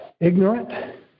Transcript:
ignorant